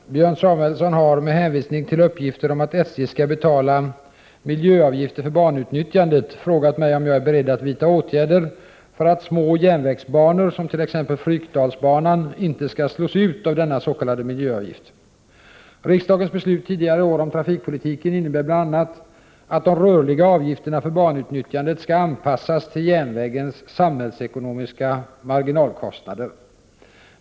Herr talman! Björn Samuelson har, med hänvisning till uppgifter om att SJ skall betala ”miljöavgifter” för banutnyttjandet, frågat mig om jag är beredd att vidta åtgärder för att små järnvägsbanor, som t.ex. Fryksdalsbanan, inte skall slås ut av denna s.k. miljöavgift. Riksdagens beslut tidigare i år om trafikpolitiken innebär bl.a. att de rörliga avgifterna för banutnyttjandet skall anpassas till järnvägens samhällsekonomiska marginalkostnader.